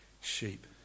sheep